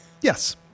Yes